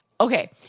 Okay